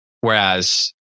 whereas